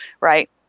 right